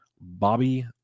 Bobby